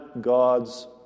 God's